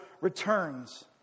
returns